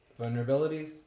Vulnerabilities